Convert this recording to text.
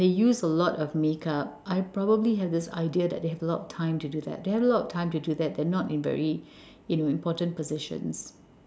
they use a lot of makeup I probably have this idea that they have a lot of time to do that if they have a lot of time to do that they're not in very in important positions